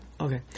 Okay